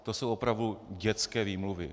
To jsou opravdu dětské výmluvy.